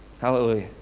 Hallelujah